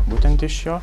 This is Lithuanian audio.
būtent iš jo